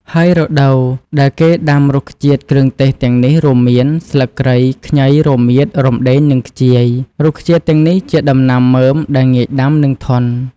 ហើយរដូវដែរគេដាំរុក្ខជាតិគ្រឿងទេសទាំងនេះរួមមាន ស្លឹកគ្រៃ ខ្ញី រមៀត រំដេង និងខ្ជាយ រុក្ខជាតិទាំងនេះជាដំណាំមើមដែលងាយដាំ និងធន់។